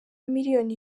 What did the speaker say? miliyoni